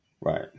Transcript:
Right